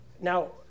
now